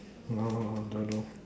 don't know